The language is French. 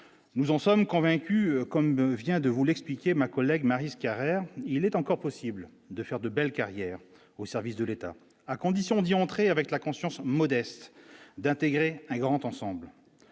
nous en sommes convaincus, comme vient de vous l'expliquer ma collègue Maryse Carrère il est encore possible de faire de belle carrière au service de l'État, à condition d'y entrer avec la conscience modeste d'intégrer un grand ensemble